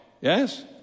Yes